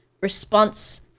Response